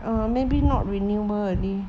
err maybe not renewable already